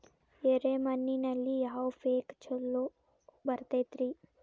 ಎರೆ ಮಣ್ಣಿನಲ್ಲಿ ಯಾವ ಪೇಕ್ ಛಲೋ ಬರತೈತ್ರಿ?